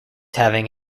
having